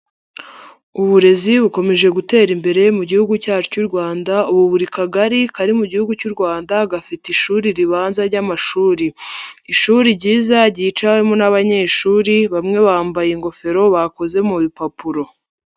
Uburezi bukomeje gutera imbere mu Gihugu cyacu cy'u Rwanda, ubu buri kagari kari mu Gihugu cy'u Rwanda gafite ishuri ribanza ry'amashuri; ishuri ryiza ryicamo n'abanyeshuri bamwe bambaye ingofero bakoze mu bipapuro.